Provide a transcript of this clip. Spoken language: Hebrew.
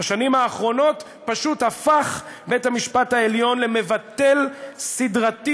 בשנים האחרונות פשוט הפך בית המשפט העליון למבטל סדרתי